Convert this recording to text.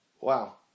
Wow